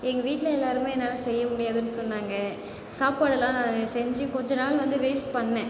எங்கள் வீட்டில் எல்லோருமே என்னால் செய்ய முடியாதுன்னு சொன்னாங்க சாப்பாடுலாம் நான் செஞ்சு கொஞ்ச நாள் வந்து வேஸ்ட் பண்ணேன்